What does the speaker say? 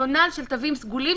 בבקשה, פרופ' לוין,